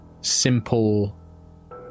simple